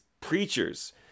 preachers